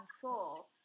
control